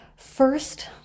First